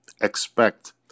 expect